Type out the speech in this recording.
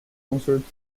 concerts